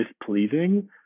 displeasing